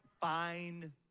Fine